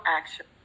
action